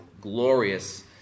glorious